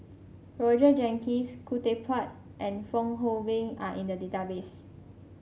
Roger Jenkins Khoo Teck Puat and Fong Hoe Beng are in the database